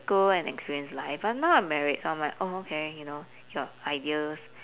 go and experienced life but now I'm married I'm like oh okay you know your ideals